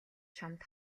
чамд